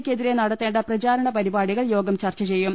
യ്ക്കെതിരെ നടത്തേണ്ട പ്രചാരണപരിപാ ടികൾ യോഗം ചർച്ച ചെയ്യും